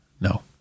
No